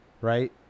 right